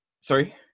Sorry